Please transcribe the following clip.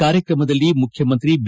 ಕಾರ್ಯಕ್ರಮದಲ್ಲಿ ಮುಖ್ಯಮಂತ್ರಿ ಬಿ